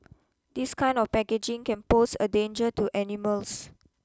this kind of packaging can pose a danger to animals